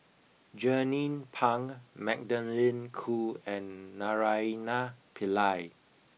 Jernnine Pang Magdalene Khoo and Naraina Pillai